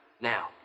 Now